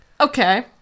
Okay